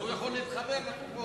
אז הוא יכול להתחבר לדחופות,